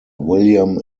william